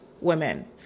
women